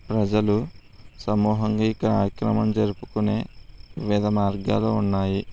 ప్రజలు సమూహంగా ఈ కార్యక్రమాలను జరుపుకునే వివిధ మార్గాలు ఉన్నాయి